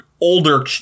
older